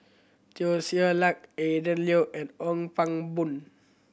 Teo Ser Luck Adrin Loi and Ong Pang Boon